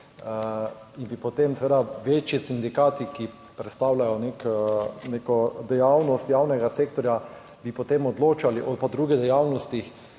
in bi potem seveda večji sindikati, ki predstavljajo neko, neko dejavnost javnega sektorja, bi potem odločali o drugih dejavnostih,